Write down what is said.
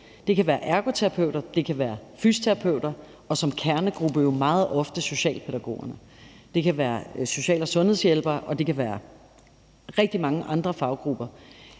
Det kan være ergoterapeuter, det kan være fysioterapeuter, og kernegruppen er jo meget ofte socialpædagogerne. Det kan være social- og sundhedshjælpere, og det kan være rigtig mange andre faggrupper.